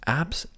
apps